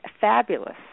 fabulous